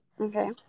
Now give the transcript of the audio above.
Okay